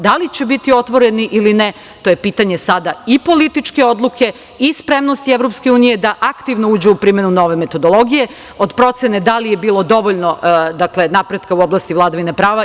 Da li će biti otvoreni ili ne, to je pitanje sada i političke odluke i spremnosti EU da aktivno uđe u primenu nove metodologije, od procene da li je bilo dovoljno napretka u oblasti vladavine prava.